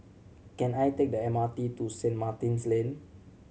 can I take the M R T to Saint Martin's Lane